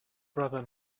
brother